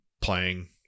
playing